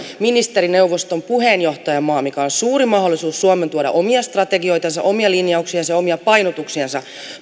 ministerineuvoston puheenjohtajamaa mikä on suuri mahdollisuus suomelle tuoda omia strategioitansa omia linjauksiansa ja omia painotuksiansa